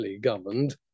governed